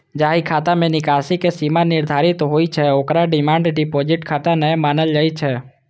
जाहि खाता मे निकासी के सीमा निर्धारित होइ छै, ओकरा डिमांड डिपोजिट खाता नै मानल जाइ छै